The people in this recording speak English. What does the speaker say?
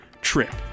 trip